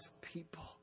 people